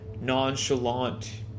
nonchalant